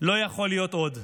לא יכול להיות עוד.